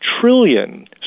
trillion